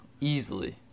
easily